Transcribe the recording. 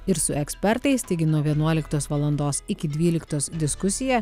ir su ekspertais taigi nuo vienuoliktos valandos iki dvyliktos diskusija